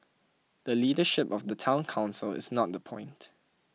the leadership of the Town Council is not the point